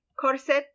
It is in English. Corset